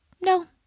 No